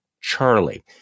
Charlie